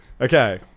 Okay